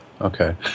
Okay